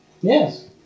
Yes